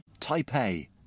Taipei